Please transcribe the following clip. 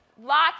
Lots